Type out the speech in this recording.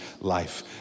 life